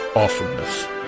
awesomeness